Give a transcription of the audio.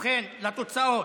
המליאה.) ובכן, לתוצאות: